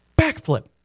backflip